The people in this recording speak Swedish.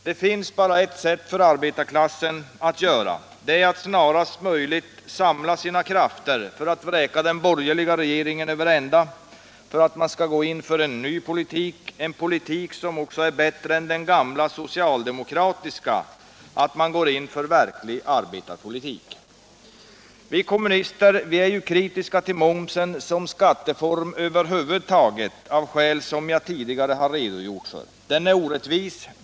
Det finns bara ett att göra för arbetarklassen — att snarast möjligt samla sina krafter i syfte att vräka den borgerliga regeringen över ända så att man skall kunna gå in för en ny politik, en politik som också är bättre än den gamla socialdemokratiska — en verklig arbetarpolitik. Vi kommunister är kritiska till momsen som skatteform över huvud taget, av skäl som jag tidigare har redogjort för. Den är orättvis.